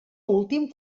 últim